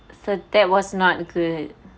so that was not included